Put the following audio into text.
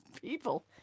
people